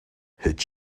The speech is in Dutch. het